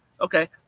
okay